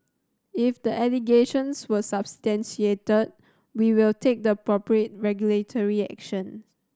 if the allegations were substantiated we will take the appropriate regulatory action